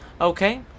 Okay